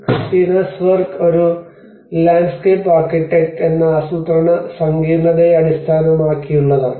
Christina's work ഒരു landscape architect എന്ന ആസൂത്രണ സങ്കീർണ്ണതയെ അടിസ്ഥാനമാക്കിയുള്ളതാണ്